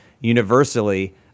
universally